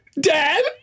dad